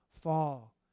fall